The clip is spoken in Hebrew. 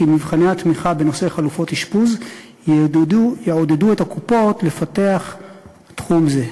כי מבחני התמיכה בנושא חלופות אשפוז יעודדו את הקופות לפתח תחום זה.